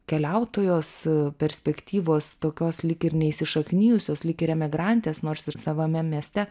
keliautojos perspektyvos tokios lyg ir neįsišaknijusios lyg ir emigrantės nors ir savame mieste